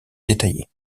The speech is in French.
détaillée